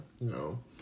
No